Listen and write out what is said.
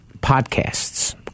podcasts